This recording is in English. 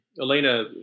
Elena